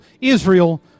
Israel